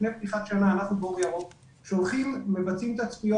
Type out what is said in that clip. לפני פתיחת שנה אנחנו באור ירוק מבצעים תצפיות